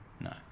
no